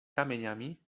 kamieniami